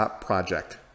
Project